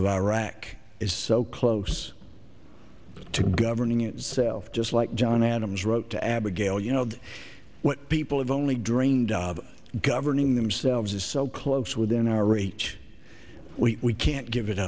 of iraq is so close to governing itself just like john adams wrote to abigail you know what people have only dreamed of governing themselves is so close within our reach we can't give it